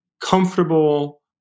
comfortable